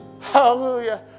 Hallelujah